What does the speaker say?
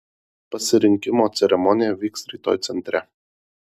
pasirinkimo ceremonija vyks rytoj centre